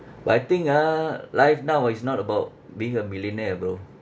but I think ah life now ah is not about being a millionaire ah bro